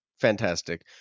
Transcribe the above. fantastic